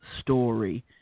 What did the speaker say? story